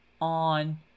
on